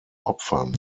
opfern